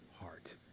heart